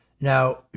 now